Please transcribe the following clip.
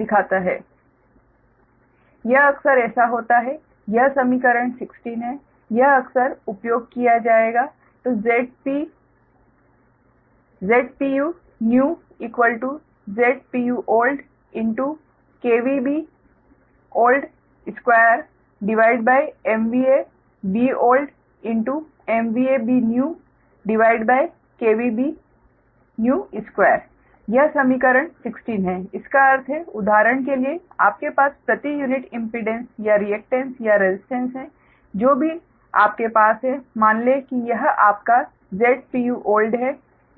यह अक्सर ऐसा होता है यह समीकरण 16 है और यह अक्सर उपयोग किया जाएगा ZpunewZpuoldBold right2MVABoldMVABnewBnew2 यह समीकरण 16 है जिसका अर्थ है उदाहरण के लिए आपके पास प्रति यूनिट इम्पीडेंस या रिएक्टेंस या रसिस्टेंस है जो भी आपके पास है मान लें कि यह आपका Zpuold है